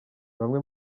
bamwe